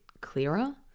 clearer